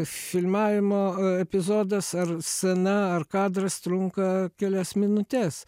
filmavimo epizodas ar scena ar kadras trunka kelias minutes